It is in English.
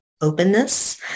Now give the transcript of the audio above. openness